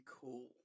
cool